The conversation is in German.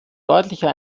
deutlicher